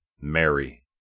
Mary